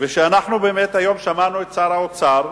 כששמענו היום את שר האוצר,